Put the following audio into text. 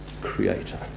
creator